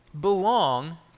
belong